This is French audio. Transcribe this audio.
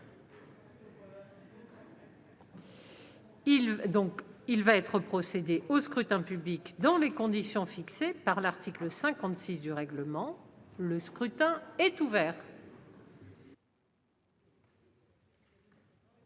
Il va être procédé au scrutin dans les conditions fixées par l'article 56 du règlement. Le scrutin est ouvert.